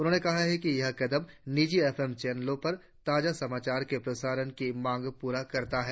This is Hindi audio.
उन्होंने कहा कि यह कदम निजी एफएम चैनलों पर ताजा समाचारों के प्रसारण की मांग पूरी करता है